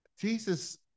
Jesus